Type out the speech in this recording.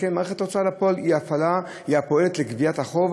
שכן מערכת ההוצאה לפועל היא הפועלת לגביית החוב.